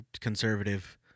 conservative